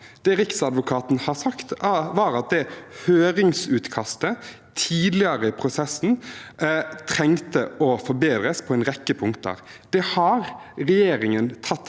Det Riksadvokaten har sagt, er at høringsutkastet tidligere i prosessen trengte å forbedres på en rekke punkter. Det har regjeringen tatt